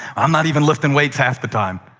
i'm not even lifting weights half the time.